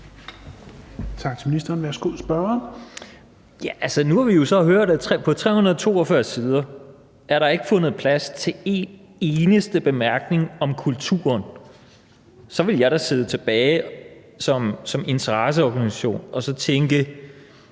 Nu har vi jo så hørt, at der på 342 sider ikke er fundet plads til en eneste bemærkning om kulturen. Så ville jeg da som interesseorganisation sidde